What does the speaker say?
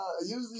usually